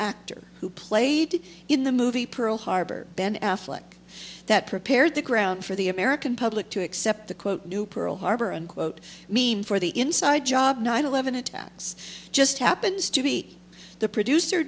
actor who played in the movie pearl harbor ben affleck that prepared the ground for the american public to accept the quote new pearl harbor and quote mean for the inside job nine eleven attacks just happens to be the producer